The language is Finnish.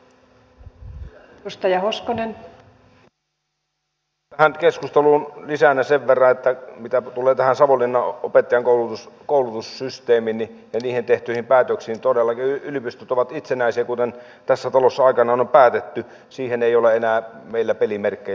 vielä tähän keskusteluun lisänä sen verran mitä tulee tähän savonlinnan opettajankoulutussysteemiin ja siihen tehtyihin päätöksiin että todellakin yliopistot ovat itsenäisiä kuten tässä talossa aikanaan on päätetty siihen ei ole enää meillä pelimerkkejä